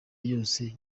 yose